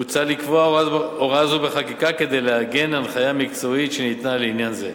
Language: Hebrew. מוצע לקבוע הוראה זו בחקיקה כדי לעגן הנחיה מקצועית שניתנה לעניין זה.